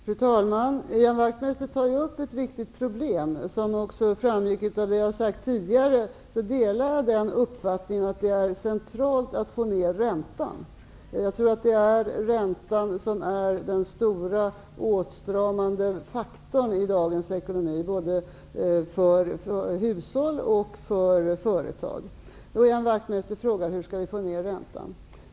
Fru talman! Ian Wachtmeister tar upp ett viktigt problem. Som också framgick av det jag har sagt tidigare, delar jag uppfattningen att det är centralt att få ner räntan. Jag tror att räntan är den stora åtstramande faktorn i dagens ekonomi, både för hushåll och för företag. Ian Wachtmeister frågar: Hur skall vi få ner räntan?